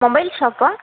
mobile ஷாப்பா